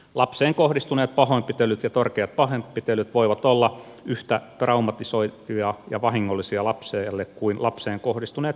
lapseen kohdistuneet pahoinpitelyt ja törkeät pahoinpitelyt voivat olla yhtä traumatisoivia ja vahingollisia lapselle kuin lapseen kohdistuneet seksuaalirikoksetkin